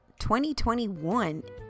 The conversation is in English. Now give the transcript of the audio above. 2021